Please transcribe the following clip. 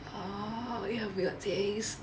ah you have weird taste